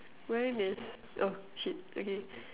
mine is oh shit okay